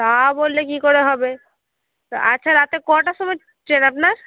তা বললে কি করে হবে আচ্ছা রাতে কটার সময় ট্রেন আপনার